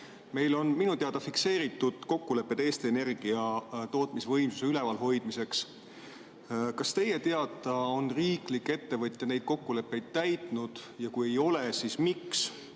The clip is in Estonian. Meil on minu teada fikseeritud kokkulepped Eesti Energia tootmisvõimsuse üleval hoidmiseks. Kas teie teada on riiklik ettevõtja neid kokkuleppeid täitnud? Kui ei ole, siis miks?